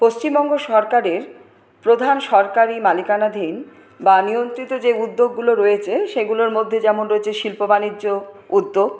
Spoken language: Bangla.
পশ্চিমবঙ্গ সরকারের প্রধান সরকারি মালিকানাধীন বা নিয়ন্ত্রিত যে উদ্যোগগুলো রয়েছে সেগুলোর মধ্যে যেমন রয়েছে শিল্প বাণিজ্য উদ্যোগ